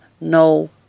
no